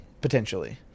potentially